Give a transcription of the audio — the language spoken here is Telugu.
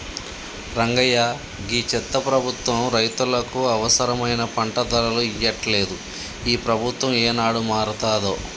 రంగయ్య గీ చెత్త ప్రభుత్వం రైతులకు అవసరమైన పంట ధరలు ఇయ్యట్లలేదు, ఈ ప్రభుత్వం ఏనాడు మారతాదో